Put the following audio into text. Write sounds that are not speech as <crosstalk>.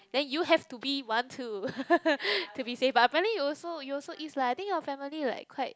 then you have to be one too <laughs> to be safe but apparently you also you also is lah I think your family like quite